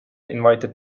invited